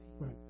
Right